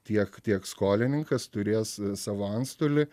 tiek tiek skolininkas turės savo antstolį